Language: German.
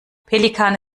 pelikane